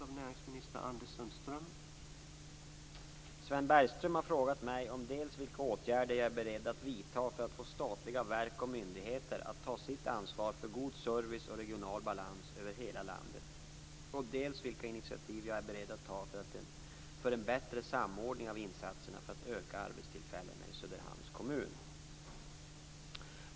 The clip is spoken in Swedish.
Herr talman! Sven Bergström har frågat mig dels vilka åtgärder jag ar beredd att vidta för att få statliga verk och myndigheter att ta sitt ansvar för god service och regional balans över hela landet, dels vilka initiativ jag är beredd att ta för en bättre samordning av insatserna för att öka arbetstillfällena i Söderhamns kommun.